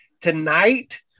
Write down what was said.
tonight